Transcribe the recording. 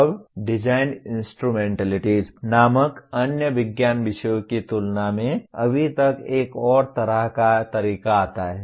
अब design instrumentalities नामक अन्य विज्ञान विषयों की तुलना में अभी तक एक और तरह का तरीका आता है